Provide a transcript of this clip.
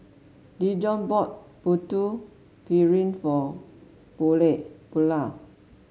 Dijon bought Putu Piring for Buelah